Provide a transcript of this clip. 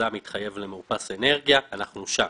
היזם התחייב לנו למאופס אנרגיה ואנחנו שם.